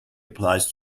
applies